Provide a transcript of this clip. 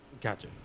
Gotcha